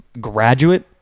graduate